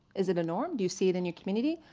is it a norm? do you see it in your community?